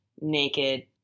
naked